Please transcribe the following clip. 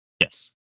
Yes